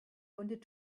wanted